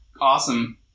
awesome